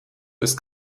ist